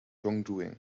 wrongdoing